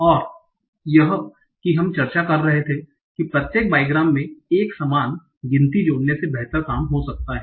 और यह कि हम चर्चा कर रहे थे कि प्रत्येक बाइग्राम में एक समान गिनती जोड़ने से बेहतर काम हो सकता है